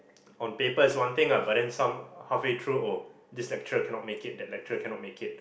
on paper is one thing ah but then some halfway through oh this lecturer cannot make it that lecturer cannot make it